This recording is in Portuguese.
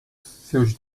seus